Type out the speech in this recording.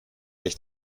echt